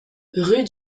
rue